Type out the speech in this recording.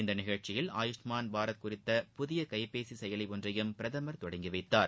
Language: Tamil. இந்த நிகழ்ச்சியில் ஆயுஷ்மான் பாரத் குறித்த புதிய கைபேசி செயலி ஒன்றையும் பிரதமர் தொடங்கி வைத்தார்